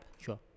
Sure